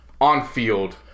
on-field